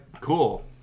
cool